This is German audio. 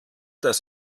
das